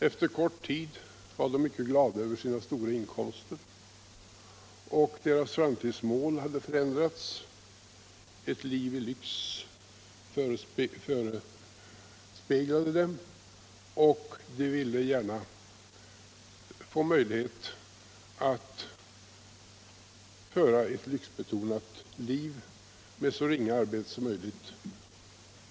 Efter kort tid var flickorna mycket glada över sina stora inkomster. Deras frarmtidsmål hade förändrats. E liv i lvx föresvävade dem, och de ville gärna få möjlighet att föra ott lyx Nr 23 betonat liv med så ringa arbete som möjligt.